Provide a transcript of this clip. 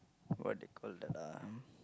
what they call that um